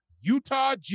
Utah